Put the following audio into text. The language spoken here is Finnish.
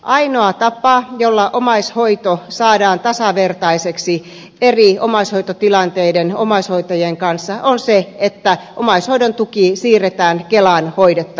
ainoa tapa jolla omaishoito saadaan tasavertaiseksi eri omaishoitotilanteiden omais hoitajien kanssa on se että omaishoidon tuki siirretään kelan hoidettavaksi